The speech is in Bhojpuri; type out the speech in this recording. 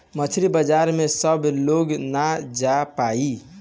मछरी बाजार में सब लोग ना जा पाई